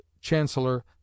Chancellor